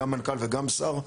גם מנכ"ל וגם שר,